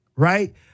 right